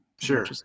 Sure